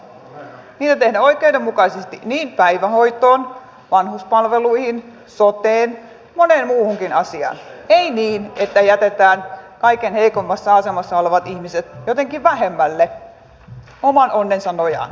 niitä tehdään oikeudenmukaisesti niin päivähoitoon vanhuspalveluihin soteen moneen muuhunkin asiaan ei niin että jätetään kaikkein heikoimmassa asemassa olevat ihmiset jotenkin vähemmälle oman onnensa nojaan